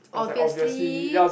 obviously